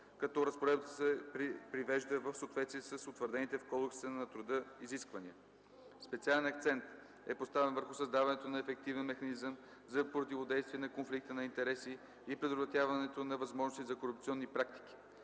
като разпоредбата се привежда в съответствие с утвърдените в Кодекса на труда изисквания. Специален акцент е поставен върху създаването на ефективен механизъм за противодействие на конфликта на интереси и предотвратяването на възможности за корупционни практики.